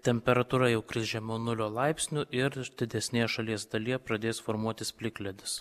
temperatūra jau kris žemiau nulio laipsnių ir didesnėje šalies dalyje pradės formuotis plikledis